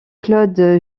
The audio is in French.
claude